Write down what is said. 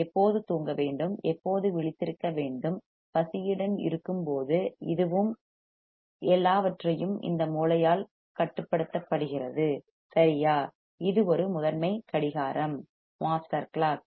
எப்போது தூங்க வேண்டும் எப்போது விழித்திருக்க வேண்டும் பசியுடன் இருக்கும்போது இதுவும் எல்லாவற்றையும் இந்த மூளையால் கட்டுப்படுத்தப்படுகிறது சரியா இது ஒரு முதன்மை கடிகாரம் மாஸ்டர் கிளாக்